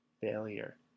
failure